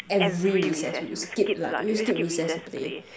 every recess we will skip lah we will skip recess to play